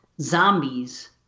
zombies